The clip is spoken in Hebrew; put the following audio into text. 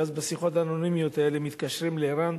ואז בשיחות האנונימיות האלה הם מתקשרים לער"ן